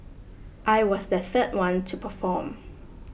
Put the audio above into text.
I was the third one to perform